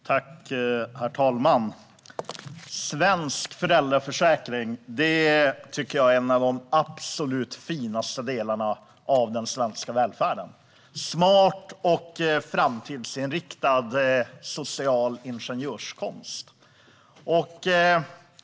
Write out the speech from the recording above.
Herr talman! Svensk föräldraförsäkring tycker jag är en av de absolut finaste delarna av den svenska välfärden - smart och framtidsinriktad social ingenjörskonst.